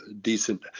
decent